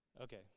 Okay